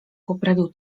poprawił